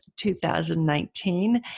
2019